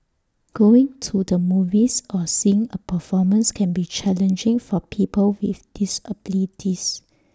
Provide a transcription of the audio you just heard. going to the movies or seeing A performance can be challenging for people with disabilities